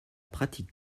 pratique